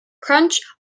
crunch